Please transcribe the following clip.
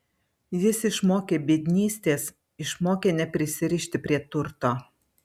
jis išmokė biednystės išmokė neprisirišti prie turto